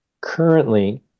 Currently